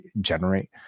generate